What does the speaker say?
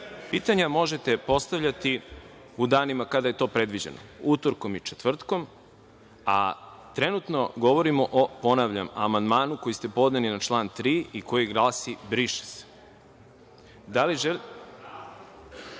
Pitanja možete postavljati u danima kada je to predviđeno, utorkom i četvrtkom, a trenutno govorimo, ponavljam, o amandmanu koji ste podneli na član 3. i koji glasi „briše se“. Da li želite..